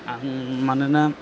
आं मानोना